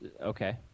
Okay